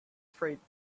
freight